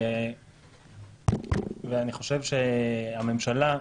אני חושב שהממשלה,